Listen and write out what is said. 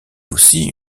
aussi